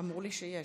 אמרו לי שיש.